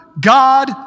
God